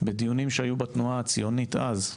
בדיונים שהיו בתנועה הציונית אז,